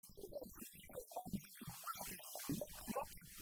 לא אומר - שלוחו של אדם זה הוא; אומר - כמותו.